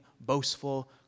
boastful